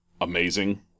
amazing